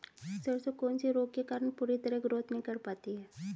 सरसों कौन से रोग के कारण पूरी तरह ग्रोथ नहीं कर पाती है?